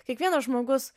kiekvienas žmogus